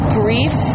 grief